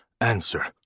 answer